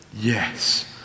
Yes